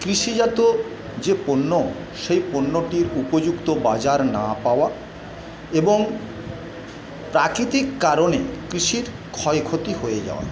কৃষিজাত যে পণ্য সেই পণ্যটির উপযুক্ত বাজার না পাওয়া এবং প্রাকৃতিক কারণে কৃষির ক্ষয়ক্ষতি হয়ে যাওয়া